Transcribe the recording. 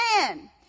man